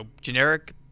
generic